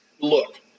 Look